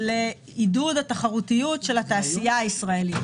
לעידוד התחרותיות של התעשייה הישראלית.